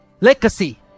legacy